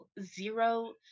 zero